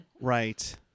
Right